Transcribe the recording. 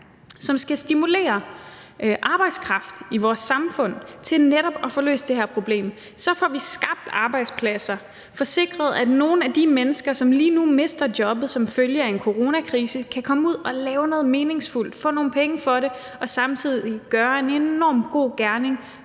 som skal stimulere arbejdskraft i vores samfund, til netop at få løst det her problem. Så får vi skabt arbejdspladser og får sikret, at nogle af de mennesker, som lige nu mister jobbet som følge af coronakrisen, kan komme ud og lave noget meningsfuldt, få nogle penge for det og samtidig gøre en enormt god gerning